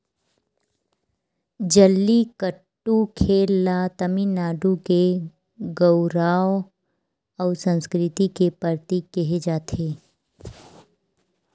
जल्लीकट्टू खेल ल तमिलनाडु के गउरव अउ संस्कृति के परतीक केहे जाथे